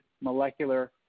molecular